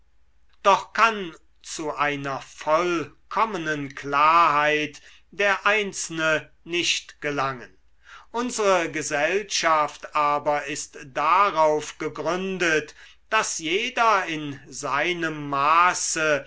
doch kann zu einer vollkommenen klarheit der einzelne nicht gelangen unsere gesellschaft aber ist darauf gegründet daß jeder in seinem maße